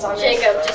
so jacob,